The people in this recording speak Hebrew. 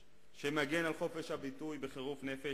שמגן על חופש הביטוי בחירוף נפש,